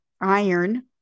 iron